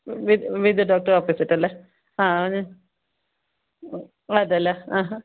വിധു വിധു ഡോക്ടറെ ഓപ്പോസിറ്റ് അല്ലെ അതെല്ലേ ആഹാ